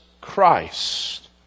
christ